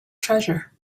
treasure